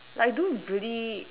like do dirty